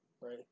right